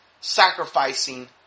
sacrificing